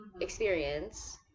experience